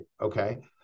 okay